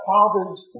Father's